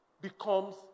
becomes